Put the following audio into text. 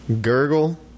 Gurgle